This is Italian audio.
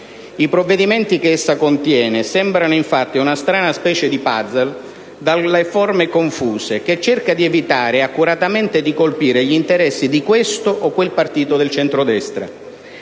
Le misure che essa contiene sembrano, infatti, una strana specie di *puzzle* dalle forme confuse, che cerca di evitare accuratamente di colpire gli interessi di questo o quel partito del centrodestra.